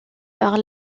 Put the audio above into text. par